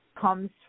comes